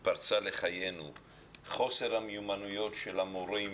את חוסר המיומנויות של המורים